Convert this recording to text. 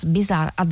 Bizarre